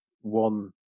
One